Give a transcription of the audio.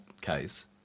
case